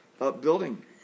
upbuilding